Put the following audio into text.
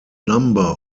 number